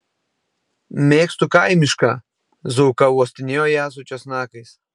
mėgstu kaimišką zauka uostinėjo ją su česnakais